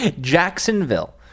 Jacksonville